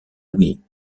louis